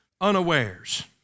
unawares